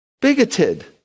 Bigoted